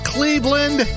Cleveland